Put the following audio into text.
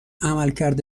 عملکرد